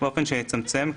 באופן שיצמצם,